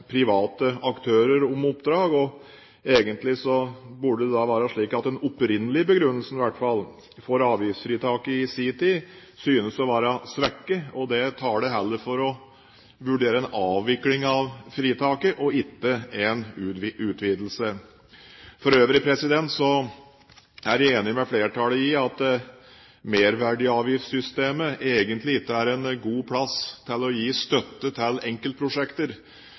private aktører om oppdrag. Egentlig burde det da være slik at i hvert fall den opprinnelige begrunnelsen for avgiftsfritaket synes å være svekket, og at det heller taler for å vurdere en avvikling av fritaket og ikke en utvidelse. For øvrig er jeg enig med flertallet i at merverdiavgiftssystemet egentlig ikke er en god måte å gi støtte til enkeltprosjekter på. Det ville i tilfelle være mer målrettet å gi støtte til enkeltprosjekter